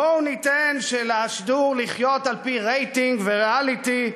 בואו ניתן לשידור לחיות על-פי רייטינג וריאליטי,